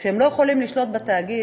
שהם לא יכולים לשלוט בתאגיד,